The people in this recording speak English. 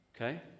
okay